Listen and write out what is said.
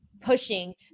pushing